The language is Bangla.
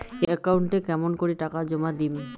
একাউন্টে কেমন করি টাকা জমা দিম?